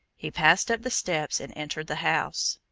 he passed up the steps and entered the house.